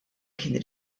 kien